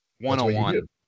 one-on-one